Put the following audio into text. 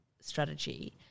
strategy